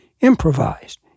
improvised